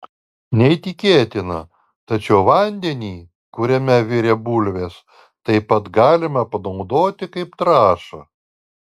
neįtikėtina tačiau vandenį kuriame virė bulvės taip pat galima panaudoti kaip trąšą